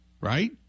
right